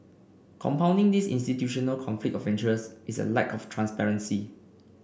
compounding this institutional conflict of interest is a lack of transparency